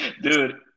Dude